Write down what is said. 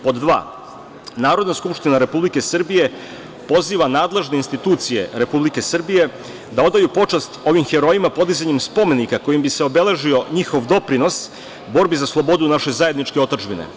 Pod dva, Narodna skupština Republike Srbije poziva nadležne institucije Republike Srbije, da odaju počast ovim herojima podizanjem spomenika kojim bi se obeležio njihov doprinos borbi za slobodu naše zajedničke otadžbine.